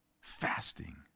Fasting